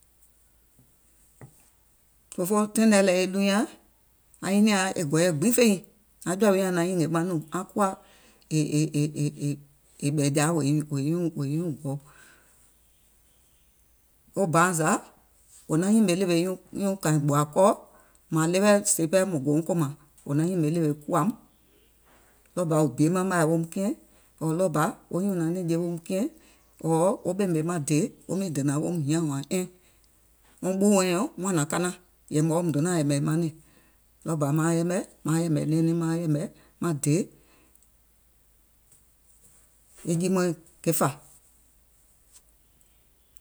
Fòfoo taìŋ lɛɛ̀ e ɗuunyaȧŋ, aŋ nyinìaŋ nyàŋ taìŋ nɛɛ̀, e gɔ̀ɔ̀yɛ gbiŋ fè nyiŋ, aŋ jɔ̀à wi nyàŋ naŋ nyìngè maŋ nùŋ aŋ kuwȧ è è è è è wèè nyuùŋ wèè nyuùŋ wèè nyuùŋ wèè nyuùŋ gɔu, wo bȧuŋ zȧ wò naŋ nyìmè e ɗèwè nyuùŋ kȧìŋ gbòȧ kɔɔ mààŋ ɗeweɛ̀ sèè pɛɛ mùŋ gouŋ kòmàŋ, wò naŋ nyìmè ɗèwè kùwaum, ɗɔɔ bȧ wò bie maŋ màì woum kiɛ̀ŋ, ɔ̀ɔ̀ ɗɔɔ bȧ wo nyùnàŋ nɛ̀ŋje woum kiɛ̀ŋ, ɔ̀ɔ̀ wo ɓèmè maŋ dèè wo miŋ dènȧŋ woum hiȧŋ wȧȧŋ ɛɛŋ, wɔŋ ɓuù wɛɛ̀nyɔŋ muȧŋ nȧŋ kanaŋ, yɛ̀mɛ̀ɔ, mùŋ donȧaŋ yɛ̀mɛ̀ manɛ̀ŋ, ɗɔɔ maaŋ yɛmɛ̀ maaŋ yɛ̀mɛ̀ nɛɛnɛŋ maaŋ yɛ̀mɛ̀ maŋ dèè ke jii mɔɛ̀ŋ ke fà.